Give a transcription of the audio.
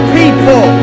people